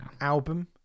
album